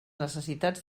necessitats